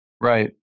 Right